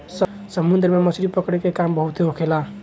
समुन्द्र में मछली पकड़े के काम बहुत होखेला